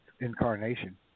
incarnation